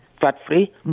fat-free